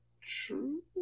true